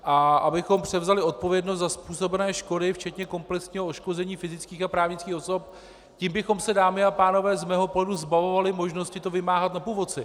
A abychom převzali odpovědnost za způsobené škody, včetně komplexního odškodnění fyzických a právnických osob tím bychom se, dámy a pánové, z mého pohledu zbavovali možnosti to vymáhat na původci.